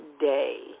day